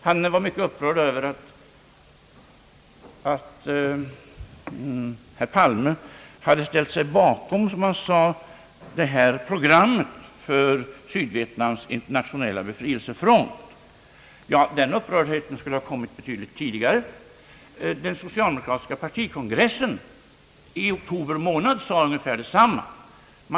Han var var mycket upprörd över att herr Palme, som han sade, hade ställt sig bakom programmet för Sydvietnams internationella befrielsefront. Den upprördheten skulle ha kommit betydligt tidigare. Den socialdemokratiska partikongressen i oktober månad sade ungefär detsamma.